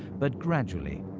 but gradually,